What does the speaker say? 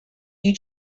you